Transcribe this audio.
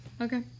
Okay